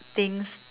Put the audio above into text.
things